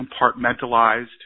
compartmentalized